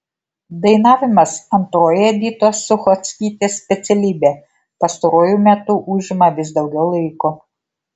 dainavimas antroji editos suchockytės specialybė pastaruoju metu užima vis daugiau laiko